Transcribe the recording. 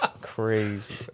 Crazy